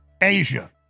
Asia